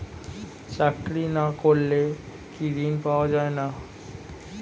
চাকরি না করলে কি ঋণ পাওয়া যায় না?